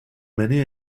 many